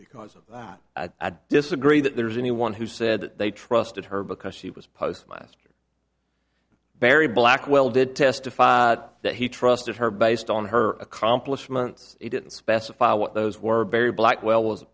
because i disagree that there's anyone who said that they trusted her because she was postmaster barry blackwell did testify that he trusted her based on her accomplishments he didn't specify what those were barry blackwell was a